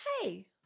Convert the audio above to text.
hey